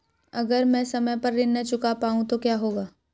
अगर म ैं समय पर ऋण न चुका पाउँ तो क्या होगा?